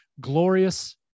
glorious